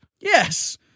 Yes